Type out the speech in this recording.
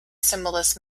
symbolist